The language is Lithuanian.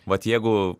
vat jeigu